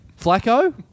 Flacco